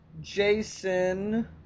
Jason